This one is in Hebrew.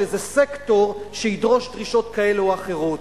איזה סקטור שידרוש דרישות כאלה או אחרות.